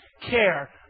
care